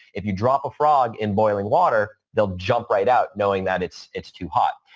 if you drop a frog in boiling water, they'll jump right out knowing that it's it's too hot.